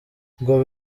ngo